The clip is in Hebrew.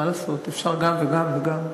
מה לעשות, אפשר גם וגם וגם.